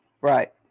Right